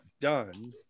done